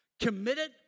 committed